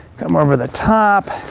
come over the top,